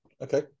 okay